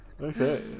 Okay